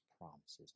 promises